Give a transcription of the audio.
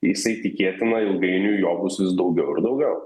jisai tikėtina ilgainiui jo bus vis daugiau ir daugiau